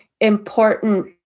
important